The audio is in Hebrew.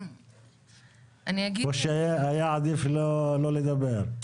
או שהיא עדיף לא לדבר?